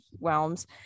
realms